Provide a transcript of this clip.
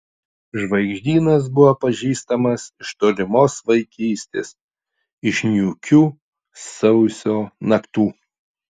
žvaigždynas buvo pažįstamas iš tolimos vaikystės iš niūkių sausio naktų